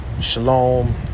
Shalom